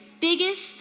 biggest